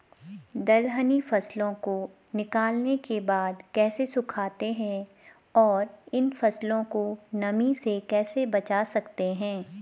दलहनी फसलों को निकालने के बाद कैसे सुखाते हैं और इन फसलों को नमी से कैसे बचा सकते हैं?